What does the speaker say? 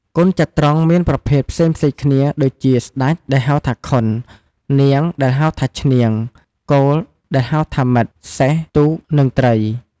កូនចត្រង្គមានប្រភេទផ្សេងៗគ្នា ដូចជា ស្ដេច ដែលហៅថាខុន នាង ដែលហៅថាឈ្នាង គោល ដែលហៅថាម៉ិត សេះ ទូក និងត្រី។